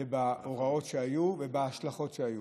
בהוראות שהיו ובהשלכות שהיו.